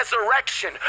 resurrection